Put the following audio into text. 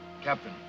Captain